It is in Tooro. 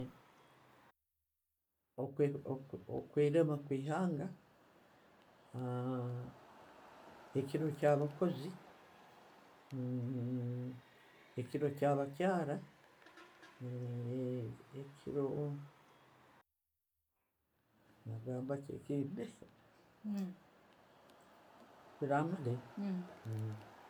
Okwe Okwelema okwehanga ekiro kyabakoozi, ekiro kya'bakyara, ekiro nagamba ki ekindi, ebyo biramala ebyo.